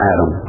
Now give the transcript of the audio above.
Adam